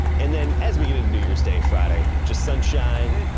and then as we get a new year's day friday just sunshine,